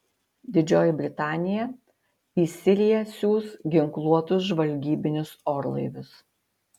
didžioji britanija į siriją siųs ginkluotus žvalgybinius orlaivius